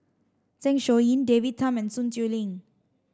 Zeng Shouyin David Tham and Sun Xueling